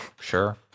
sure